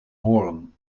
horen